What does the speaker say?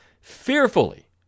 fearfully